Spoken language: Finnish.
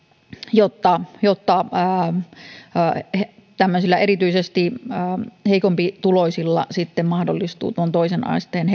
jotta jotta erityisesti heikompituloisille sitten mahdollistuu toisen asteen